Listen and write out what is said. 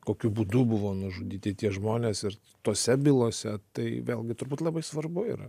kokiu būdu buvo nužudyti tie žmonės ir tose bylose tai vėlgi turbūt labai svarbu yra